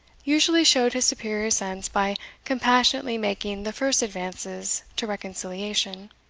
usually showed his superior sense by compassionately making the first advances to reconciliation.